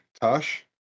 Tosh